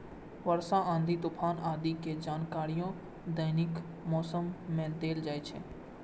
वर्षा, आंधी, तूफान आदि के जानकारियो दैनिक मौसम मे देल जाइ छै